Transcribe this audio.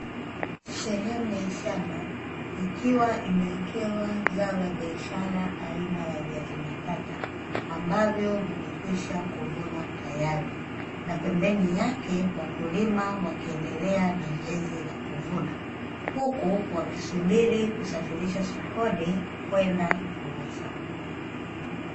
Sehemu ya shamba ikiwa imewekewa zao la biashara aina ya viazi mbatata ambavyo vimekwisha kuvunwa tayari. Na pembeni yake wakulima wakiendelea na zoezi la kuvuna, huku wakisubiri kusafirisha sokoni kwenda kuuza.